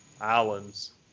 islands